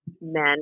men